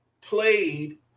played